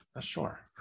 Sure